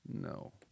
No